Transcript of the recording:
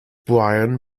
brian